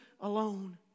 alone